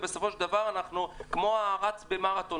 ובסופו של דבר אנחנו כמו הרץ במרתון,